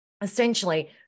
essentially